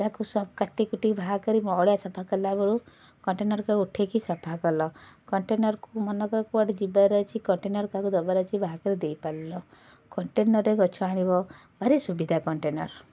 ତାକୁ ସବୁ କାଟି କୁଟି ବାହାର କରି ଅଳିଆ ସଫା କଲାବେଳୁ କଣ୍ଟେନର୍କୁ ଆଉ ଉଠାଇକି ସଫା କଲ କଣ୍ଟେନର୍କୁ ମନେକର କୁଆଡ଼େ ଯିବାର ଅଛି କଣ୍ଟେନର୍ କାହାକୁ ଦେବାର ଅଛି ବାହାର କରି ଦେଇ ପାରିଲ କଣ୍ଟେନର୍ରେ ଗଛ ହାଣିବ ଭାରି ସୁବିଧା କଣ୍ଟେନର୍